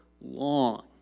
long